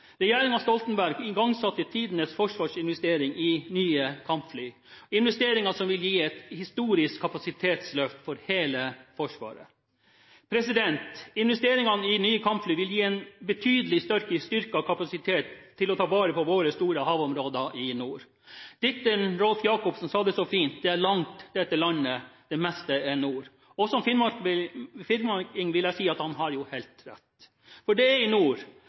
militært materiell. Regjeringen Stoltenberg igangsatte tidenes forsvarsinvestering i nye kampfly, investeringer som vil gi et historisk kapasitetsløft for hele Forsvaret. Investeringene i nye kampfly vil gi en betydelig styrket kapasitet til å ta vare på våre store havområder i nord. Dikteren Roy Jacobsen sa det så fint: «Det er langt dette landet. Det meste er nord.» Som finnmarking vil jeg si at han har helt rett. Det er i nord